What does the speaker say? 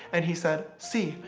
and he said si,